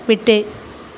விட்டு